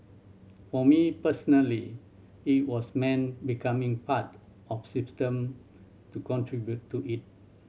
for me personally it was meant becoming part of system to contribute to it